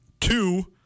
two